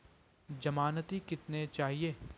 ज़मानती कितने चाहिये?